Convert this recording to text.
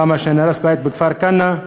נהרס בית בכפר-כנא,